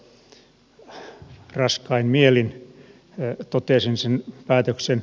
raskain mielin totesin sen päätöksen